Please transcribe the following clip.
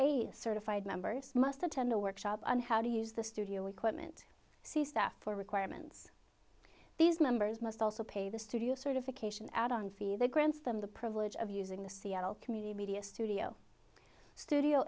eight certified members must attend a workshop on how to use the studio equipment see staff for requirements these members must also pay the studio certification add on fee that grants them the privilege of using the seattle community media studio studio